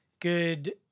good